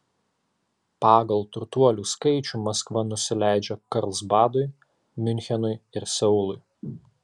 pagal turtuolių skaičių maskva nusileidžia karlsbadui miunchenui ir seului